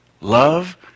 Love